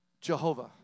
Jehovah